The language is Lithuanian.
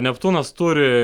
neptūnas turi